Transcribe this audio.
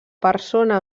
persona